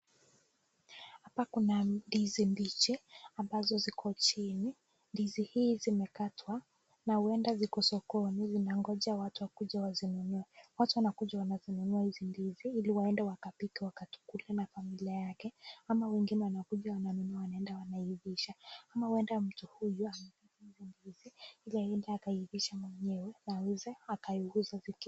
Hapa kuna ndizi mbichi ambazo ziko chini. Ndizi hizi zimekatwa na huenda ziko sokoni, zinangoja watu wakuja wazinunue. Watu wanakuja wanazinunua hizi ndizi ili waende wakapike wakakule na familia yake, ama wengine wanakuja wananunua wanaenda wanaivisha. Ama huenda mtu huyu amekata hizi ndizi ili aende akaivishe mwenyewe na aweze akaiuza.